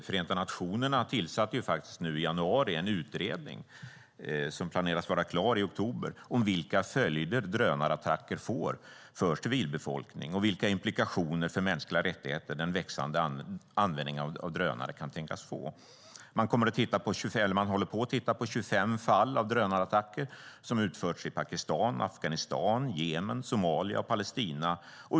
Förenta nationerna tillsatte faktiskt nu i januari en utredning som planeras vara klar i oktober om vilka följder drönarattacker får för civilbefolkning och vilka implikationer för mänskliga rättigheter den växande användningen av drönare kan tänkas få. Man håller på att titta på 25 fall av drönarattacker som utförts i Pakistan, Afghanistan, Jemen, Somalia och Palestina.